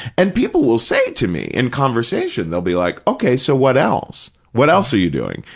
and people will say to me, in conversation, they'll be like, okay, so what else, what else are you doing?